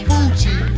Fuji